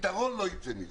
פתרון לא ייצא מזה.